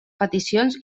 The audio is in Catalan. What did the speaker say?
peticions